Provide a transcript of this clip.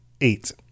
eight